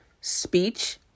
speech